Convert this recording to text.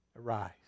arise